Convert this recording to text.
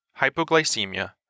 hypoglycemia